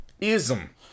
ism